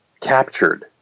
captured